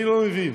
אני לא מבין.